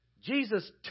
Jesus